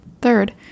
Third